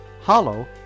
Hollow